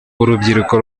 urubyiruko